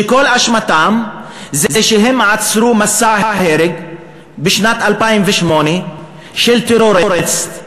וכל אשמתם זה שהם עצרו מסע הרג בשנת 2008 של טרוריסט,